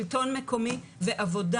שלטון מקומי ועבודה,